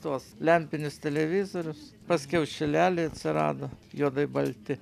tuos lempinius televizorius paskiau šilelyje atsirado juodai balti